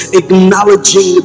acknowledging